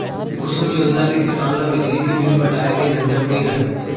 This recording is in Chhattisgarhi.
कुसुम योजना ले किसान ल बिजली के बिल पटाए के झंझट नइ रहय